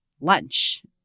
lunch